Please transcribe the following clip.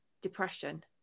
depression